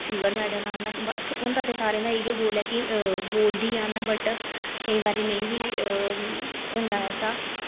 silver medal लाना वैसे होंदा ते सारें दा इ'यै गोल ऐ कि गोल्ड ही आह्नना बट केईं बारी नेईं बी होंदा ऐसा